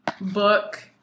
book